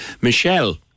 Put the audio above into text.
Michelle